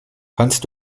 kannst